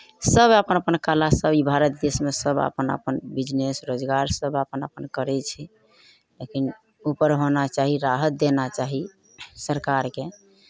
सभ अपन अपन कलासभ ई भारत देशमे सभ अपन अपन बिजनेस रोजगार सभ अपन अपन करै छै लेकिन ऊपर होना चाही राहत देना चाही सरकारकेँ